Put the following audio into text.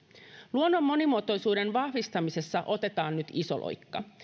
luonnon monimuotoisuuden vahvistamisessa otetaan nyt iso loikka